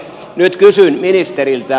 nyt kysyn ministeriltä